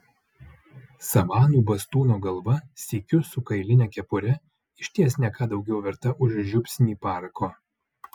savanų bastūno galva sykiu su kailine kepure išties ne ką daugiau verta už žiupsnį parako